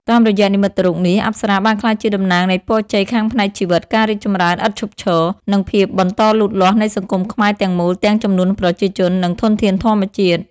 តាមរយៈនិមិត្តរូបនេះ អប្សរាបានក្លាយជាតំណាងនៃពរជ័យខាងផ្នែកជីវិត ការរីកចម្រើនឥតឈប់ឈរ និងភាពបន្តលូតលាស់នៃសង្គមខ្មែរទាំងមូល ទាំងចំនួនប្រជាជន និងធនធានធម្មជាតិ។